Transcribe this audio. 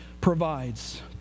provides